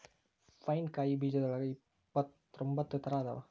pine ಕಾಯಿ ಬೇಜದೋಳಗ ಇಪ್ಪತ್ರೊಂಬತ್ತ ತರಾ ಅದಾವ